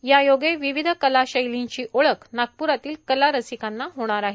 यायोगे विविध कला शैलींची ओळख नागप्रातील कलारसिकांना होणार आहे